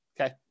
Okay